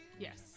Yes